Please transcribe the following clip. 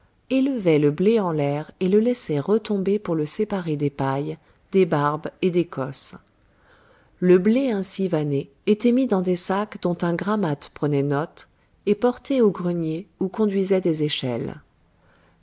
élevaient le blé en l'air et le laissaient retomber pour le séparer des pailles des barbes et des cosses le blé ainsi vanné était mis dans des sacs dont un grammate prenait note et porté aux greniers où conduisaient des échelles